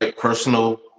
Personal